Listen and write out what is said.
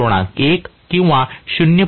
1 किंवा 0